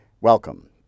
Welcome